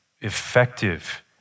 effective